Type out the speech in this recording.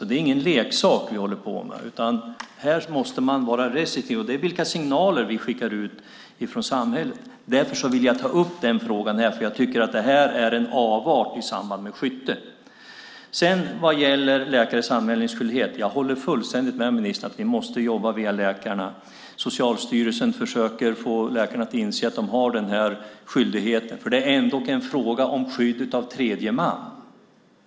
Det är ingen leksak det gäller. Här måste man vara restriktiv. Det handlar om vilka signaler vi skickar ut från samhället. Därför ville jag ta upp den frågan. Jag tycker att det här är en avart i samband med skyttet. Vad gäller läkares anmälningsskyldighet håller jag fullständigt med ministern om att vi måste jobba via läkarna. Socialstyrelsen försöker få läkare att inse att de har den här skyldigheten. Det är ändock en fråga om skyddet av tredje man.